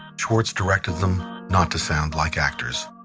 schwartz directed them not to sound like actors.